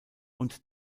und